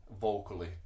vocally